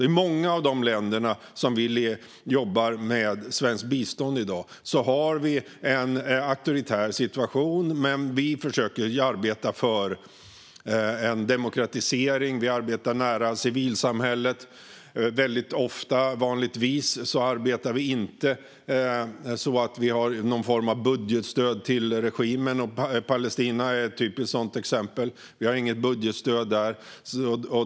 I många av de länder där vi jobbar med svenskt bistånd i dag är det en auktoritär situation. Men vi försöker arbeta för en demokratisering, och vi arbetar nära civilsamhället. Vanligtvis arbetar vi inte på att sådant sätt att vi ger någon form av budgetstöd till regimer, och Palestina är ett typiskt sådant exempel. Vi ger inget budgetstöd dit.